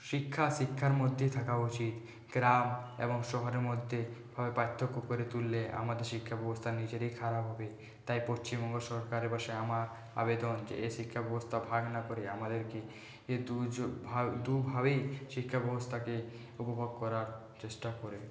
শিক্ষা শিক্ষার মধ্যেই থাকা উচিত গ্রাম এবং শহরের মধ্যে হয় পার্থক্য করে তুললে আমাদের শিক্ষাব্যবস্থা নিজেরই খারাপ হবে তাই পশ্চিমবঙ্গ সরকারের বসে আমার আবেদন যে এ শিক্ষাব্যবস্থা ভাগ না করে আমাদেরকে দুভাবেই শিক্ষাব্যবস্থাকে উপভোগ করার চেষ্টা করবে